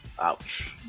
ouch